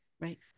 right